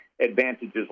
advantages